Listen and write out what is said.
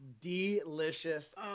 delicious